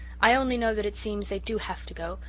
i only know that it seems they do have to go,